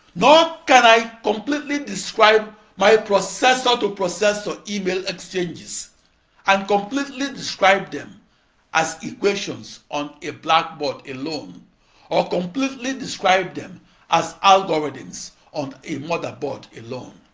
nor can i completely describe my processor-to-processor email exchanges and completely describe them as equations on a blackboard alone or completely describe them as algorithms on a motherboard alone.